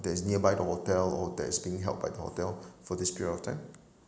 that's is nearby the hotel or that is being held by the hotel for this period of time